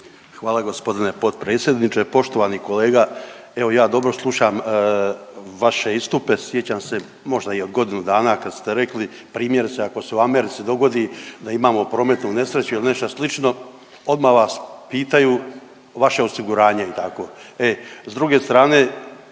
Hvala g. potpredsjedniče. Poštovani kolega, evo ja dobro slušam vaše istupe, sjećam se možda i od godinu dana kad ste rekli primjerice ako se u Americi dogodi da imam prometnu nesreću il nešto slično odma vas pitaju vaše osiguranje i tako